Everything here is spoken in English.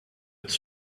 its